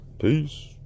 peace